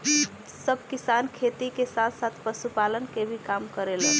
सब किसान खेती के साथ साथ पशुपालन के काम भी करेलन